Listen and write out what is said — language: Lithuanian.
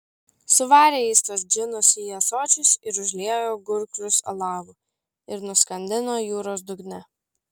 suvarė jis tuos džinus į ąsočius ir užliejo gurklius alavu ir nuskandino jūros dugne